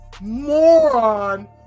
moron